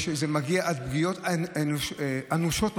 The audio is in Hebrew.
זה מגיע עד פגיעות אנושות ממש.